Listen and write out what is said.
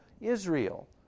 Israel